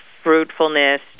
fruitfulness